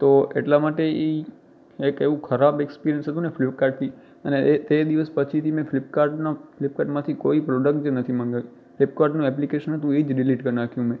તો એટલા માટે ઈ એક એવું ખરાબ ઍક્સપિરિયન્સ હતું ને ફ્લિપકાર્ટથી અને તે દિવસ પછીથી મેં ફ્લિપકાર્ટનો ફ્લિપકાર્ટમાંથી કોઈ પ્રોડક્ટ જ નથી મગાવી ફ્લિપકાર્ટનું ઍપ્લિકેશન હતું એ જ ડીલિટ કરી નાંખ્યું મેં